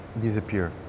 disappear